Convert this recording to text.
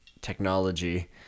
technology